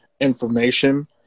information